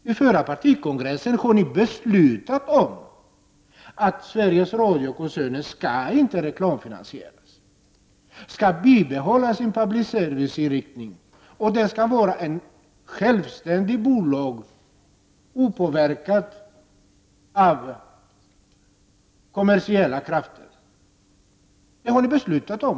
Vid er förra partikongress beslutade ni att Sveriges Radio-koncernen inte skall reklamfinansieras, utan koncernen skall bibehålla sin public service-inriktning. Koncernen skall vara självständig och opåverkad av kommersiella krafter. Det har ni alltså beslutat om.